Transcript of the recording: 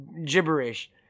Gibberish